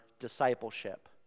discipleship